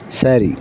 சரி